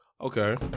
Okay